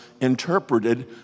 interpreted